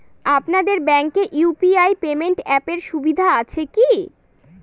আপনাদের ব্যাঙ্কে UPI payment অ্যাপের সুবিধা আছে কি?